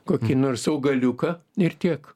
kokį nors augaliuką ir tiek